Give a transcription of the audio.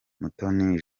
mutoni